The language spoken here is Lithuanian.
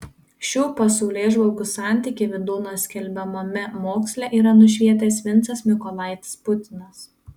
šių pasaulėžvalgų santykį vydūno skelbiamame moksle yra nušvietęs vincas mykolaitis putinas